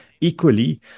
Equally